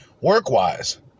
Work-wise